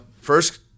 first